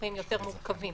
סכסוכים יותר מורכבים,